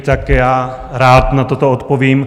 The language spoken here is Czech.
Tak já rád na toto odpovím.